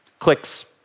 Clicks